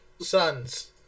sons